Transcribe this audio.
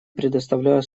предоставляю